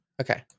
Okay